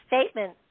statement